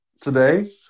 Today